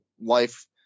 life